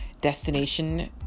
destination